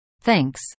Thanks